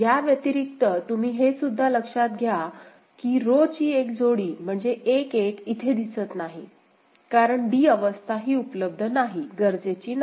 याव्यतिरिक्त तुम्ही हे सुद्धा लक्षात घ्या की रो ची एक जोडी म्हणजे 1 1 इथे दिसत नाही कारण d अवस्था ही उपलब्ध नाही गरजेची नाही